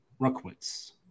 ruckwitz